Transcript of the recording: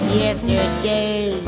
yesterday